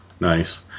nice